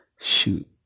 shoot